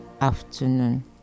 afternoon